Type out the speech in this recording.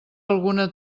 alguna